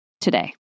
today